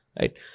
right